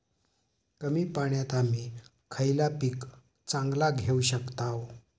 कमी पाण्यात आम्ही खयला पीक चांगला घेव शकताव?